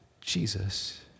Jesus